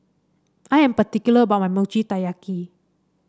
I am particular about my Mochi Taiyaki